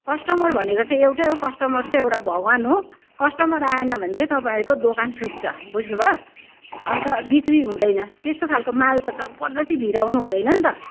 customer भनेको चाहिँ एउटै हो कस्टमर चाहिँ एउटा भगवान् हो कस्टमर आएन भने चाहिँ तपाईँहरूको दोकान सुक्छ बुझ्नु भयो अन्त बिक्री हुँदैन त्यस्तो खालको माल त जबरजस्ती भिराउनु हुँदैन नि त